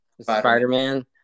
Spider-Man